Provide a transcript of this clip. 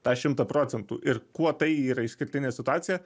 tą šimtą procentų ir kuo tai yra išskirtinė situacija